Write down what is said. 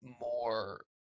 more